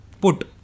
put